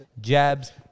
jabs